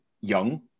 young